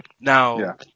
Now